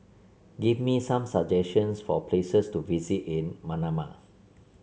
give me some suggestions for places to visit in Manama